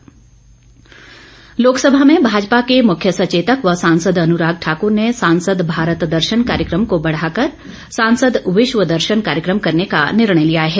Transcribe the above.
अनुराग ठाकुर लोक सभा में भाजपा के मुख्य सचेतक व सांसद अनुराग ठाकुर ने सांसद भारत दर्शन कार्यक्रम को बढ़ा कर सांसद विश्व दर्शन कार्यक्रम करने का निर्णय लिया है